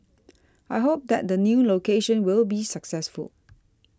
I hope that the new location will be successful